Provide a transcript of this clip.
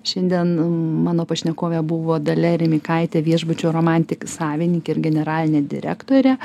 šiandien mano pašnekovė buvo dalia remeikaitė viešbučio romantik savininkė ir generalinė direktorė